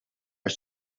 are